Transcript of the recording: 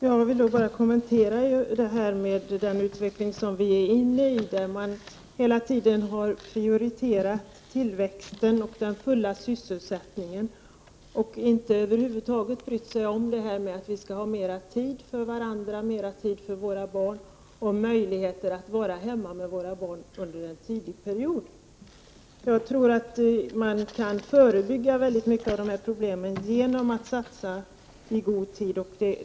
Herr talman! Jag vill kommentera den utveckling som pågår och som innebär att man prioriterar tillväxt och full sysselsättning och över huvud taget inte bryr sig om att människor bör få mer tid för varandra och för barnen och möjligheter att vara hemma med barnen när de är små. Jag tror att man kan förebygga många av dessa problem genom att göra insatser i god tid.